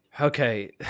Okay